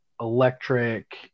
electric